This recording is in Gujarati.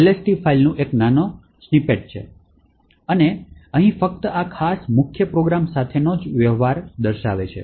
lst ફાઇલનું એક નાનો સ્નિપેટ છે અને તે અહીં ફક્ત આ ખાસ મુખ્ય પ્રોગ્રામ સાથે જ વ્યવહાર કરે છે